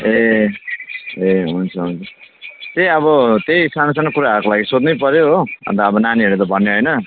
ए ए हुन्छ हुन्छ त्यही अब त्यही सानो सानो कुराहरूको लागि सोध्नै पऱ्यो हो अन्त अब नानीहरूले त भन्ने होइन